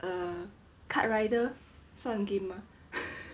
err kart rider 算 game mah